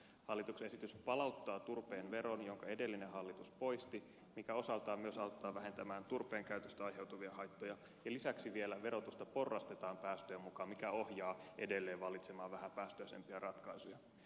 hallituksen esitys palauttaa turpeen veron jonka edellinen hallitus poisti mikä osaltaan myös auttaa vähentämään turpeen käytöstä aiheutuvia haittoja ja lisäksi vielä verotusta porrastetaan päästöjen mukaan mikä ohjaa edelleen valitsemaan vähäpäästöisempiä ratkaisuja